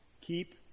keep